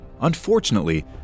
Unfortunately